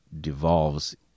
devolves